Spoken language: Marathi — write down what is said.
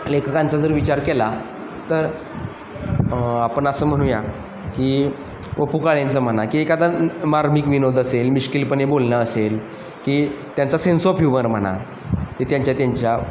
लेखकांचा जर विचार केला तर आपण असं म्हणूया की व पु काळ्यांचं म्हणा की एखादा मार्मिक विनोद असेल मिश्किलपणे बोलणं असेल की त्यांचा सेन्स ऑफ ह्युमर म्हणा की त्यांच्या त्यांच्या